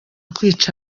kwica